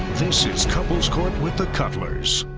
this is couples court with the cutlers.